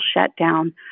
shutdown